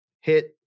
Hit